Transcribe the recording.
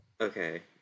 okay